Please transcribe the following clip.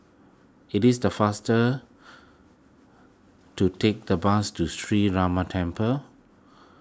it is the faster to take the bus to Sree Ramar Temple